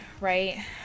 right